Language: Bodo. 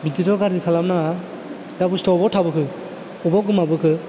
बिदिथ' गाज्रि खालाम नाङा दा बुस्थुवा अबाव थाबोखो अबाव गोमाबोखो